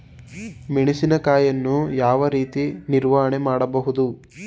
ಮೆಣಸಿನಕಾಯಿಯನ್ನು ಯಾವ ರೀತಿ ನಿರ್ವಹಣೆ ಮಾಡಬಹುದು?